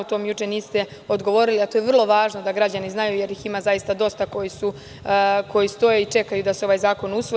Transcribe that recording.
Na to mi juče niste odgovorili, a to je vrlo važno da građani znaju, jer ih ima zaista dosta koji stoje i čekaju da se ovaj zakon usvoji.